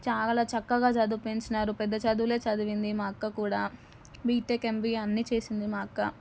చాలా చక్కగా చదివిపించినారు పెద్ద చదువులే చదివింది మా అక్క కూడా బిటెక్ ఏంబిఏ అన్నీ చేసింది మా అక్క